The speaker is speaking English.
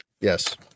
Yes